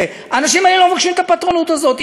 האנשים האלה לא מבקשים את הפטרונות הזאת.